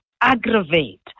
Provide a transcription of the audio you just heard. aggravate